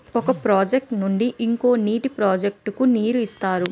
ఒక ప్రాజెక్ట్ నుండి ఇంకో నీటి ప్రాజెక్ట్ కు నీరు ఇస్తారు